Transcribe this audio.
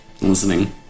Listening